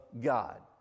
God